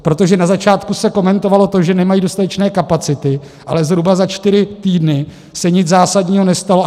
Protože na začátku se komentovalo to, že nemají dostatečné kapacity, ale zhruba za čtyři týdny se nic zásadního nestalo.